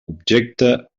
objecte